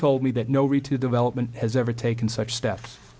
told me that no rita development has ever taken such steps